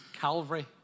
Calvary